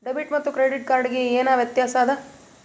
Debit ಮತ್ತ credit card ಗೆ ಏನ ವ್ಯತ್ಯಾಸ ಆದ?